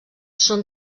són